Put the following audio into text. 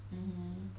mmhmm